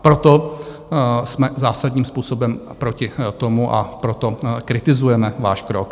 Proto jsme zásadním způsobem proti tomu a proto kritizujeme váš krok.